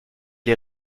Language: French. les